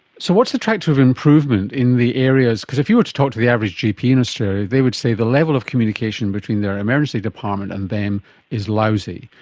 so what's the track to improvement in the areas, because if you were to talk to the average gp in australia, they would say the level of communication between the emergency department and them is lousy.